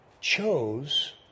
chose